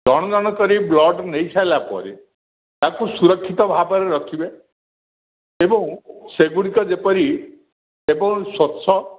ଜଣ ଜଣ କରି ବ୍ଲଡ଼୍ ନେଇସାରିଲା ପରେ ତାକୁ ସୁରକ୍ଷିତ ଭାବରେ ରଖିବେ ଏବଂ ସେଗୁଡ଼ିକ ଯେପରି ଏବଂ ସ୍ୱଚ୍ଛ